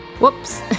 whoops